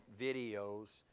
videos